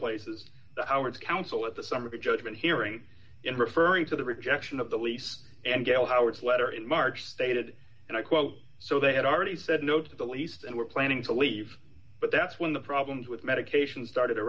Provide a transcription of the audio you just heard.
places the howard council at the summary judgment hearing in referring to the rejection of the lease and gail howard's letter in march stated and i quote so they had already said no to the least and were planning to leave but that's when the problems with medication started a